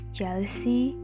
jealousy